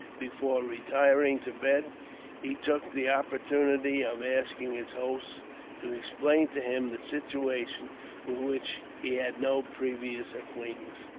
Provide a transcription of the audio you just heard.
before retiring to bed he took the opportunity of asking his host to explain to him the situation, with which he had no previous acquaintance.